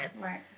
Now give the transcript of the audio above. right